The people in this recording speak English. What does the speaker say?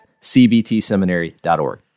cbtseminary.org